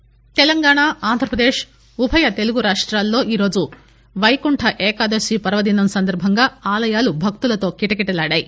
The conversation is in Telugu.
ఫెస్టివల్ తెలంగాణా ఆంధ్రప్రదేశ్ ఉభయ తెలుగు రాష్టాల్లో ఈరోజు పైకుంఠఏకాదశి పర్వదినం సందర్బంగా ఆలయాలు భక్తులతో కిటకిటలాడాయి